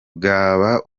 bwaba